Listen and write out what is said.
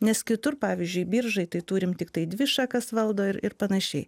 nes kitur pavyzdžiui biržai tai turim tiktai dvišakas valdo ir ir panašiai